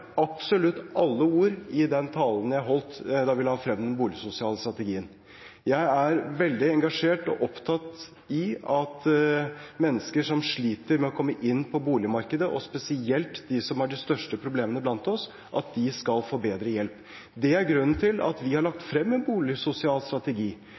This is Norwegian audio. absolutt alle ord i den talen jeg holdt da vi la frem den boligsosiale strategien. Jeg er veldig engasjert og opptatt av at mennesker som sliter med å komme inn på boligmarkedet, og spesielt de som har de største problemene blant oss, skal få bedre hjelp. Det er grunnen til at vi har lagt frem en boligsosial strategi,